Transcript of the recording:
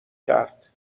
کرد